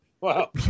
Wow